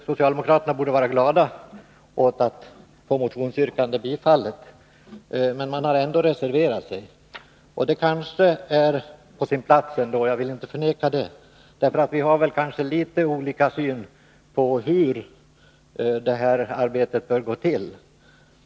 Socialdemokraterna borde vara glada för att deras motionsyrkande bifallits, men de har ändå reserverat sig — det kanske är på sin plats ändå, jag vill inte förneka det. Vi har trots allt litet olika syn på hur detta arbete bör gå till.